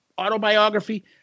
Autobiography